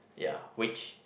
ya which